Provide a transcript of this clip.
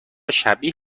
شبیه